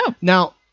Now